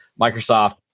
Microsoft